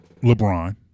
LeBron